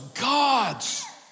God's